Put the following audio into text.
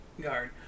guard